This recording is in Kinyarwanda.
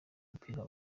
mupira